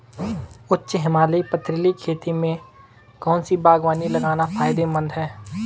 उच्च हिमालयी पथरीली खेती में कौन सी बागवानी लगाना फायदेमंद है?